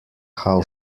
how